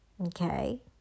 Okay